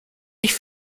ich